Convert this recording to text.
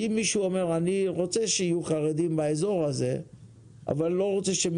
אם מישהו אומר 'אני רוצה שיהיו חרדים באזור הזה אבל לא רוצה שהם